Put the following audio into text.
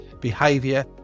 behavior